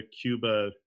Cuba